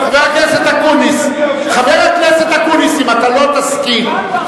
חבר הכנסת אקוניס, אם אתה לא תסכים,